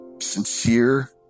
sincere